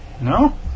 no